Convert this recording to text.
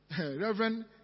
Reverend